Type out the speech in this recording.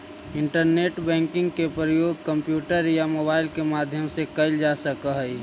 internet banking के प्रयोग computer या मोबाइल के माध्यम से कैल जा सकऽ हइ